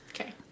okay